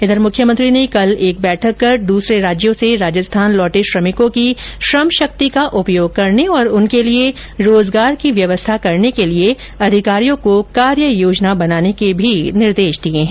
इधर मुख्यमंत्री ने कल एक बैठक कर दूसरे राज्यों से राजस्थान लौटे श्रमिकों की श्रम शक्ति का उपयोग करने और उनके लिए रोजगार की व्यवस्था करने के लिए अधिकारियों को कार्ययोजना बनाने के भी निर्देश दिए है